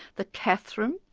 the catherine,